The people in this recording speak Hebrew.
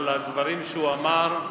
לדברים שהוא אמר,